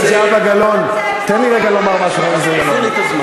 אתה לא הצנזור.